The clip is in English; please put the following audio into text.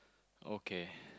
okay